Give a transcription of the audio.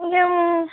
ଏ ଯୋଉଁ